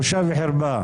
בושה וחרפה.